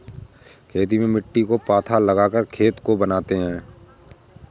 खेती में मिट्टी को पाथा लगाकर खेत को बनाते हैं?